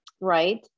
right